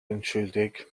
unschuldig